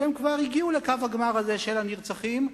שהם כבר הגיעו לקו הגמר הזה של הנרצחים.